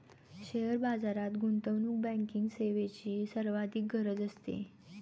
share बाजारात गुंतवणूक banking सेवेची सर्वाधिक गरज असते